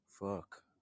Fuck